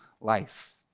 life